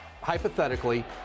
hypothetically